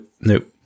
Nope